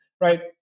right